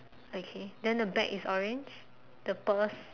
okay then the bag is orange the purse